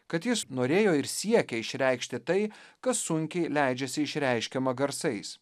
kad jis norėjo ir siekė išreikšti tai kas sunkiai leidžiasi išreiškiama garsais